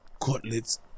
cutlets